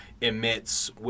emits